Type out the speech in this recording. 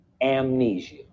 amnesia